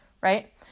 right